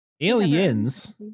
Aliens